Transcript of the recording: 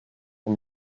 von